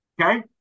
okay